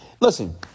listen